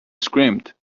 screamed